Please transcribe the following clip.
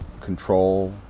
control